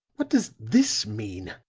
what does this mean?